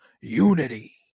unity